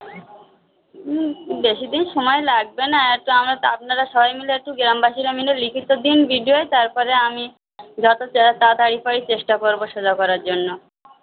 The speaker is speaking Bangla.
হুম বেশি দিন সময় লাগবে না এত আমরা তা আপনারা সবাই মিলে একটু গ্রামবাসী মিলে লিখিত দিন বিডিওয় তারপরে আমি যত তে তাড়াতাড়ি পারি চেষ্টা করবো সোজা করার জন্য